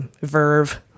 Verve